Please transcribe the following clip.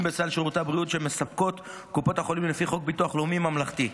בסל שירותי הבריאות שמספקות קופות החולים לפי חוק ביטוח בריאות ממלכתי.